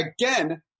again